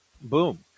Boom